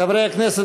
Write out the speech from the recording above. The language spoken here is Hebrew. חברי הכנסת,